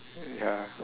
ya